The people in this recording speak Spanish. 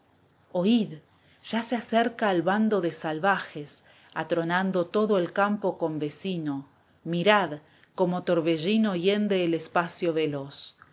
oíd ya se acerca bando de salvajes atronando todo el campo convecino i mirad como torbellino hiende el espacio veloz